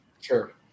sure